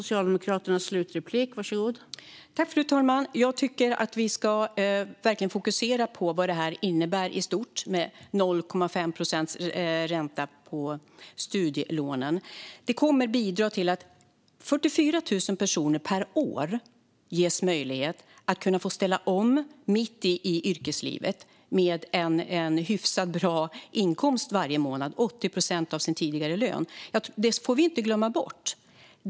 Fru talman! Jag tycker att vi ska fokusera på vad det innebär i stort med 0,5 procents ränta på studielånen. Det kommer att bidra till att 44 000 personer per år ges möjlighet att ställa om mitt i yrkeslivet, med en hyfsat bra inkomst varje månad - 80 procent av sin tidigare lön. Det får vi inte glömma bort.